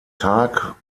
tag